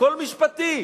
הכול משפטי,